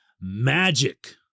magic